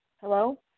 Hello